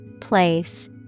Place